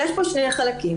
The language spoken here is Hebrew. יש פה שני חלקים.